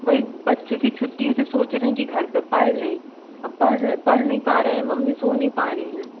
भई बच्चों की छुट्टी है तो सोच रहे हैं कि घर पे पढ़ ले अब पढ़ नहीं पा रहे हैं मम्मी सो नहीं पा रही हैं